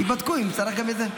ייבדקו, אם צריך גם את זה.